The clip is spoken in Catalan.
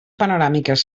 panoràmiques